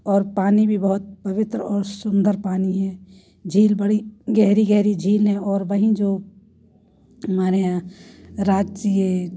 और पानी भी बहुत पवित्र और सुंदर पानी है झील बड़ी गहरी गहरी झील हैं और वहीं जो हमारे यहाँ राँची ये